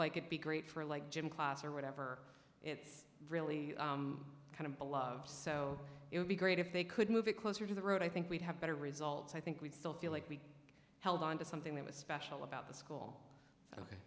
like it be great for like gym class or whatever it's really kind of a love so it would be great if they could move it closer to the road i think we'd have better results i think we'd still feel like we held on to something that was special about the